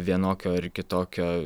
vienokio ar kitokio